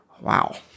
wow